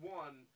one